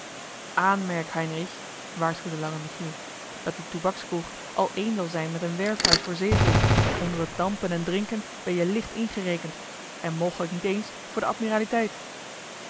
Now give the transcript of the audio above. heinrich waarschuwde lange michiel dat die toebackskroeg al één zal zijn met een werfhuis voor zeevolk onder het dampen en drinken ben je licht ingerekend en mogelijk niet eens voor de ammiraliteit